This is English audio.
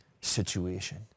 situation